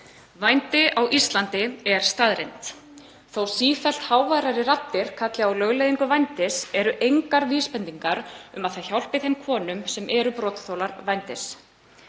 Vændi á Íslandi er staðreynd. Þótt sífellt háværari raddir kalli á lögleiðingu vændis eru engar vísbendingar um að það hjálpi þeim konum sem eru brotaþolar vændis.